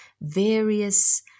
various